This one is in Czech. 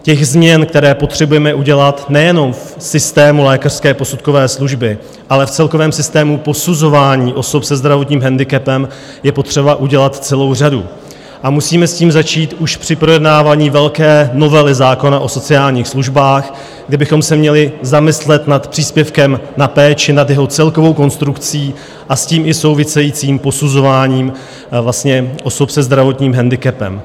Těch změn, které potřebujeme udělat nejenom v systému lékařské posudkové služby, ale v celkovém systému posuzování osob se zdravotním handicapem, je potřeba udělat celou řadu a musíme s tím začít už při projednávání velké novely zákona o sociálních službách, kde bychom se měli zamyslet nad příspěvkem na péči, nad jeho celkovou konstrukcí a s tím i souvisejícím posuzováním osob se zdravotním handicapem.